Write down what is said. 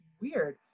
weird